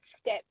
step